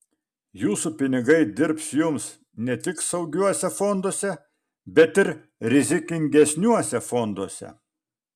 jūsų pinigai dirbs jums ne tik saugiuose fonduose bet ir rizikingesniuose fonduose